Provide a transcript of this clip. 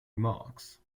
remarks